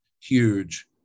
huge